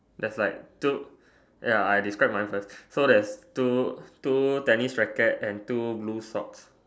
there's like two ya I describe mine first so there's two two tennis rackets and two blue socks